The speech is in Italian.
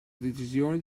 decisione